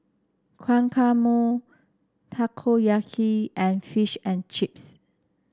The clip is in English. Guacamole Takoyaki and Fish and Chips